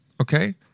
Okay